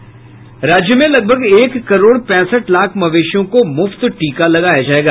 राज्य में लगभग एक करोड़ पैंसठ लाख मवेशियों को मुफ्त टीका लगाया जायेगा